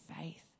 faith